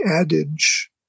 adage